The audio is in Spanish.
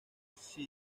city